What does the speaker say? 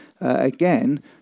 again